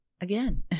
again